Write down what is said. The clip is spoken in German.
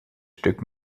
stück